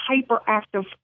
hyperactive